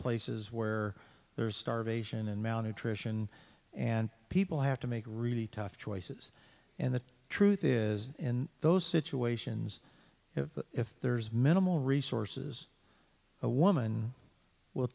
places where there's starvation and malnutrition and people have to make really tough choices and the truth is in those situations if there is minimal resources a woman will